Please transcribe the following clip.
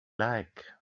like